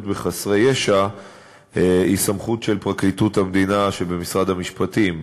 בחסרי ישע היא סמכות של פרקליטות המדינה שבמשרד המשפטים.